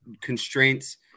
constraints